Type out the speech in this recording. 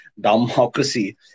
democracy